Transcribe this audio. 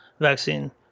vaccine